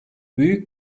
büyük